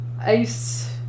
Ice